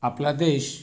आपला देश